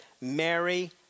Mary